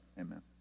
amen